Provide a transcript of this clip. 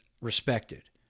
respected